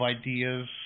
ideas